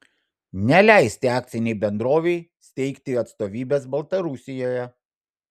neleisti akcinei bendrovei steigti atstovybės baltarusijoje